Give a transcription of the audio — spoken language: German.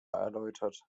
erläutert